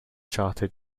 charted